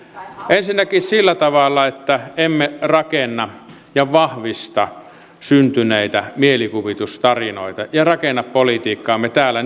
ensinnäkin sillä tavalla että emme rakenna ja vahvista syntyneitä mielikuvitustarinoita ja rakenna politiikkaamme täällä